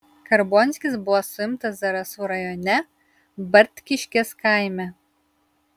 karbonskis buvo suimtas zarasų rajone bartkiškės kaime